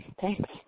Thanks